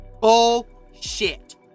Bullshit